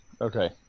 Okay